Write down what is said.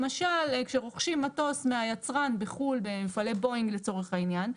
למשל כשרוכשים מטוס מהיצרן בחו"ל במפעלי בואינג לצורך העניין,